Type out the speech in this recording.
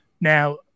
Now